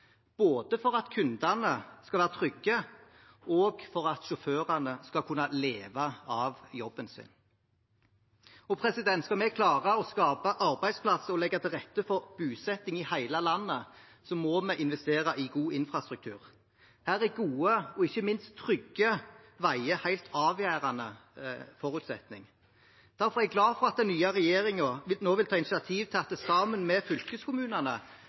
både for at kundene skal være trygge, og for at sjåførene skal kunne leve av jobben sin. Skal vi klare å skape arbeidsplasser og legge til rette for bosetting i hele landet, må vi investere i god infrastruktur. Her er gode, og ikke minst trygge, veier en helt avgjørende forutsetning. Derfor er jeg glad for at den nye regjeringen nå vil ta initiativ til at det sammen med fylkeskommunene